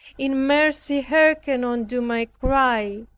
in mercy hearken unto my cry,